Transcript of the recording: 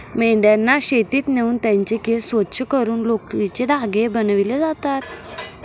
मेंढ्यांना शेतात नेऊन त्यांचे केस स्वच्छ करून लोकरीचे धागे बनविले जातात